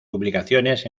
publicaciones